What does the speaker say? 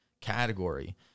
category